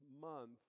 month